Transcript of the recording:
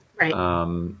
Right